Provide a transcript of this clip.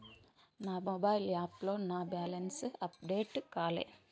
నా మొబైల్ యాప్లో నా బ్యాలెన్స్ అప్డేట్ కాలే